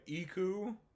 Iku